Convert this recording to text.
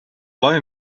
low